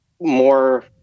more